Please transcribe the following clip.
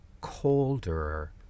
colder